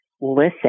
Listen